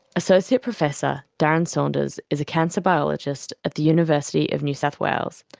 associate professor darren saunders is a cancer biologist at the university of new south wales,